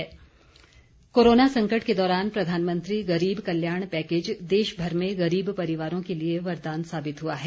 गरीब कल्याण कोरोना संकट के दौरान प्रधानमंत्री गरीब कल्याण पैकेज देशभर में गरीब परिवारों के लिए वरदान साबित हआ है